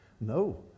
No